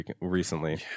recently